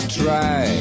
try